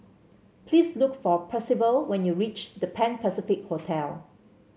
please look for Percival when you reach The Pan Pacific Hotel